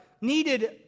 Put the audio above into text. needed